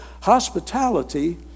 hospitality